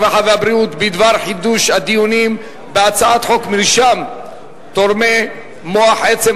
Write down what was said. הרווחה והבריאות בדבר חידוש הדיונים בהצעת חוק מרשם תורמי מח עצם,